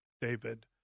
David